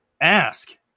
Ask